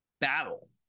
Battle